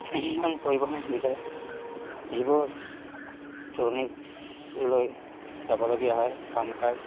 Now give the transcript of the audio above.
যান পৰিবহণ সুবিধাই যিবোৰ দূৰণিলৈ যাবলগীয়া হয় কাম কাজ